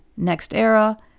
NextEra